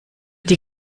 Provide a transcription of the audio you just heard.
die